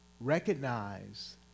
recognize